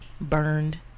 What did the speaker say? burned